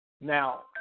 Now